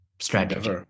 strategy